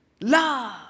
Love